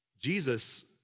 Jesus